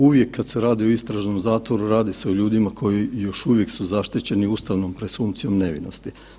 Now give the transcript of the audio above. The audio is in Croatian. Uvijek kad se radi o istražnom zatvoru radi se o ljudima koji još uvijek su zaštićeni ustavnom presumpcijom nevinosti.